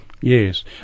Yes